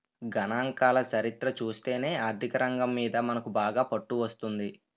గణాంకాల చరిత్ర చూస్తేనే ఆర్థికరంగం మీద మనకు బాగా పట్టు వస్తుంది